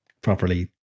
properly